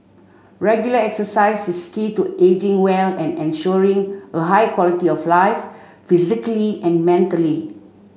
regular exercise is key to ageing well and ensuring a high quality of life physically and mentally